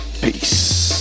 peace